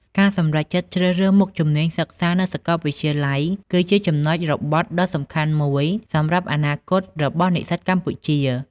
ការសម្រេចចិត្តជ្រើសរើសមុខជំនាញសិក្សានៅសាកលវិទ្យាល័យ គឺជាចំណុចរបត់ដ៏សំខាន់មួយសម្រាប់អនាគតរបស់និស្សិតកម្ពុជា។